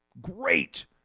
great